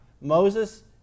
Moses